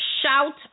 shout